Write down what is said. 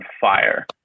fire